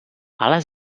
ale